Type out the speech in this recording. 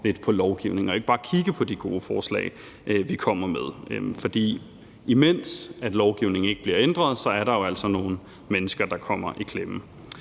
lidt på lovgivningen og ikke bare kigge på de gode forslag, vi kommer med. For imens lovgivningen ikke bliver ændret, er der jo altså nogle mennesker, der kommer i klemme.